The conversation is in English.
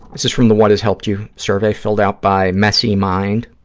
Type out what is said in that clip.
this is from the what has helped you survey, filled out by messy mind.